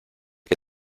que